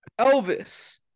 Elvis